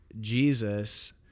Jesus